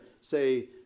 say